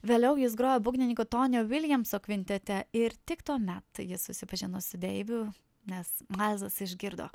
vėliau jis grojo būgnininku tonio viljamso kvintete ir tik tuomet jis susipažino su deiviu nes mailzas išgirdo